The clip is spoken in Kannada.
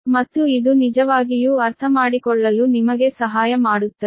ಮತ್ತು ಇದು ನಿಜವಾಗಿಯೂ ಅರ್ಥಮಾಡಿಕೊಳ್ಳಲು ನಿಮಗೆ ಸಹಾಯ ಮಾಡುತ್ತದೆ